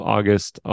August